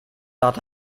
dat